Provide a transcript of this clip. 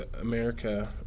America